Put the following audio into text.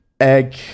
egg